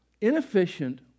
inefficient